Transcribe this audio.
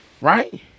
Right